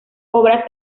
obras